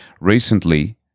recently